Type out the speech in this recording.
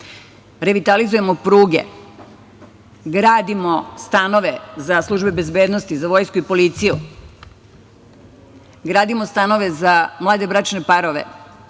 sata. Revitalizujemo pruge, gradimo stanove za službe bezbednosti, za vojsku i policiju, gradimo stanove za mlade bračne parove,